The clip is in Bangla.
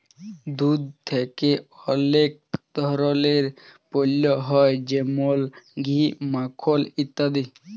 দুধ থেক্যে অলেক ধরলের পল্য হ্যয় যেমল ঘি, মাখল ইত্যাদি